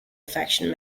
faction